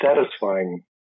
satisfying